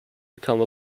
become